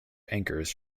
anchors